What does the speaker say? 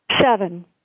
Seven